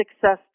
success